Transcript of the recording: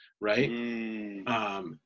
right